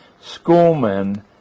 schoolmen